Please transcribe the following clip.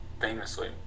famously